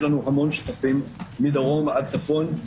לנו הרבה מאוד שותפים מדרום ועד צפון.